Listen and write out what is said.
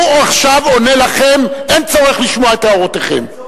הוא עכשיו עונה לכם, אין צורך לשמוע את הערותיכם.